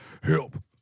Help